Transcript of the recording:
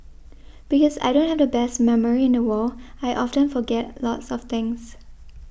because I don't have the best memory in the world I often forget lots of things